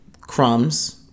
Crumbs